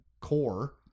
core